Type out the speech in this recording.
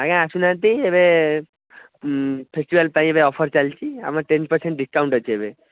ଆଜ୍ଞା ଆସୁ ନାହାନ୍ତି ଏବେ ଫେସିଆଲ୍ ପାଇଁ ଏବେ ଅଫର୍ ଚାଲିଛି ଆମେ ଟେନ୍ ପରସେଣ୍ଟ ଡିସ୍କାଉଣ୍ଟ ଅଛି ଏବେ